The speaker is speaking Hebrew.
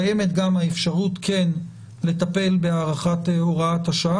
קיימת גם האפשרות כן לטפל בהארכת הוראת השעה